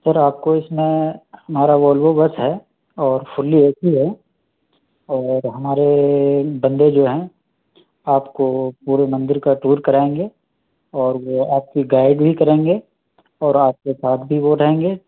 سر آپ کو اس میں ہمارا ولوو بس ہے اور فلی اے سی ہے اور ہمارے بندے جو ہیں آپ کو پورے مندر کا ٹور کرائیں گے اور وہ آپ کی گائید بھی کریں گے اور آپ کے ساتھ بھی وہ رہیں گے